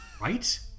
right